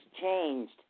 changed